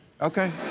Okay